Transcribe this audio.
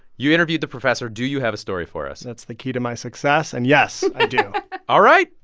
you interviewed the professor. do you have a story for us? that's the key to my success. and yes, i do all right,